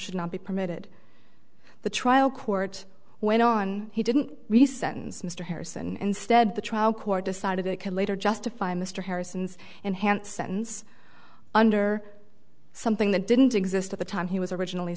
should not be permitted the trial court went on he didn't reasons mr harris and instead the trial court decided it can later justify mr harrison's enhanced sentence under something that didn't exist at the time he was originally